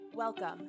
welcome